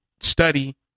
study